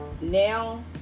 now